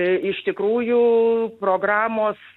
iš tikrųjų programos